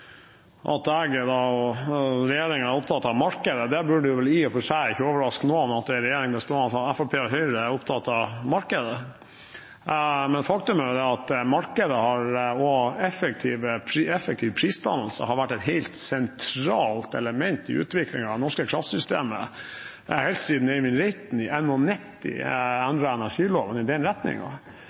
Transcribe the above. at jeg og regjeringen er opptatt av markedet. Det burde vel i og for seg ikke overraske noen at en regjering bestående av Fremskrittspartiet og Høyre er opptatt av markedet. Faktum er at markedet og effektiv prisdannelse har vært et helt sentralt element i utviklingen av det norske kraftsystemet helt siden Eivind Reiten i 1991 endret energiloven i den